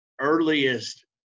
earliest